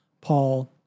Paul